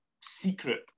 secret